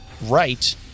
right